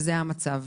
זה המצב.